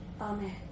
Amen